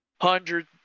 hundred